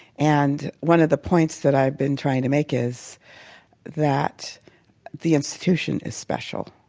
and one of the points that i've been trying to make is that the institution is special.